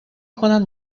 کنند